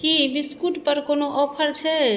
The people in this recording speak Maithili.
की बिस्कुटपर कोनो ऑफर छै